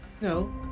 No